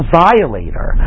violator